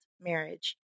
marriage